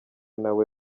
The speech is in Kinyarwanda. nawe